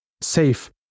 safe